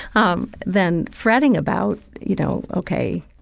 um, than fretting about, you know, ok,